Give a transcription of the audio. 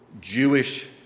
Jewish